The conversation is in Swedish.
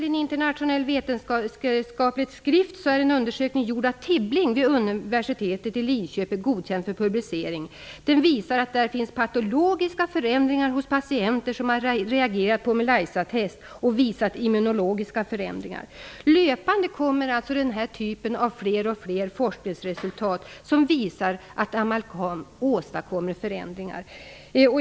I en internationell vetenskaplig skrift redovisar t.ex. Tibbling en vid universitetet i Linköping för publicering godkänd undersökning. I den påvisas patologiska immunologiska förändringar hos patienter som har reagerat på Melisatest. Det kommer löpande fram fler och fler forskningsresultat av denna typ vilka visar att amalgam åstadkommer förändringar.